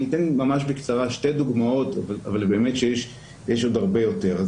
אני אתן בקצרה שתי דוגמאות אבל יש עוד הרבה יותר.